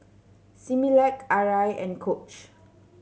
Similac Arai and Coach